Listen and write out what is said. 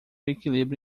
equilíbrio